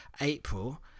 April